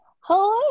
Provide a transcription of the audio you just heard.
Hello